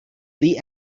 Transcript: lee